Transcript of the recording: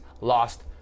lost